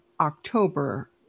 October